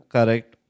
Correct